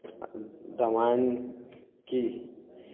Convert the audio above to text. Ramayana Ki